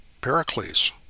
Pericles